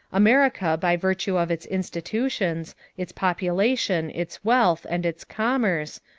america, by virtue of its institutions, its population, its wealth, and its commerce,